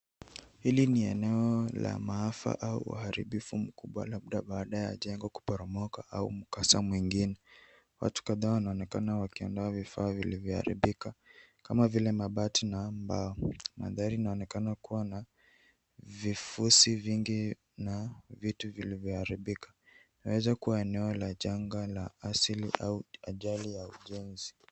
Hili ni eneo la maafa au uharibifu mkubwa labda baada ya jengo kuporomoka au mkasa mwingine. Watu kadhaa wanaonekana wakiondoa vifaa vilivyoharibika kama vile mabati na mbao. Mandhari inaonekana kuwa na vifusi vingi na vitu vilivyoharibika. Inaweza kuwa eneo la janga la asili au ajali ya ujenzi.